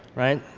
right?